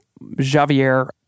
Javier